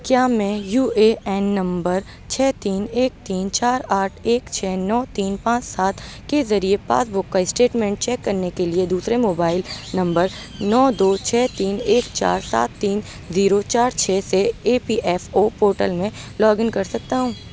کیا میں U A N number چھ تین ایک تین چار آٹھ ایک چھ نو تین پانچ سات کے ذریعے پاس بک کا اسٹیٹمنٹ چیک کرنے کے لیے دوسرے موبائل نمبر نو دو چھ تین ایک چار سات تین زیرو چار چھ سے E P F O portal میں لاگ ان کر سکتا ہوں